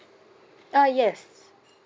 uh yes